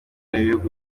w’ibihugu